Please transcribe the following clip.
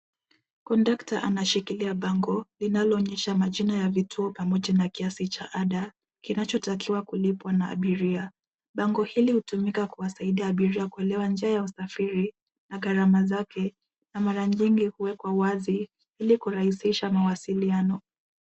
Kondakta anashikilia bango linaloonyesha majina ya vituo pamoja na kiasi cha ada kinachotakiwa kulipwa na abiria. Bango hili hutumika kuwasaidia abiria kuelewa njia ya usafiri na gharama zake na mara nyingi huwekwa wazi ili kurahisisha mawasiliano.